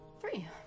three